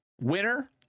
winner